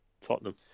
Tottenham